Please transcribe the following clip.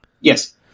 Yes